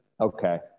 Okay